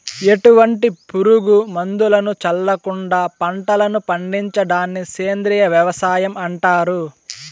ఎటువంటి పురుగు మందులను చల్లకుండ పంటలను పండించడాన్ని సేంద్రీయ వ్యవసాయం అంటారు